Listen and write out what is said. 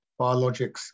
Biologics